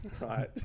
right